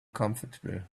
comfortable